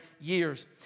years